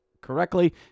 correctly